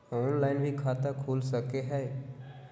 Online भी खाता खूल सके हय?